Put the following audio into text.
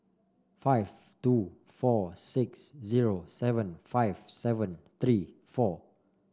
five two four six zero seven five seven three four